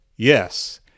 Yes